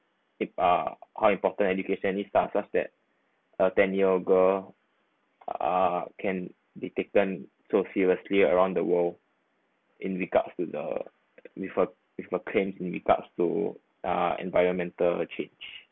uh how important education is ah just that a ten year girl uh can be taken so seriously around the world in regards to the with uh with uh crane in regards to uh environmental change